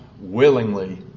willingly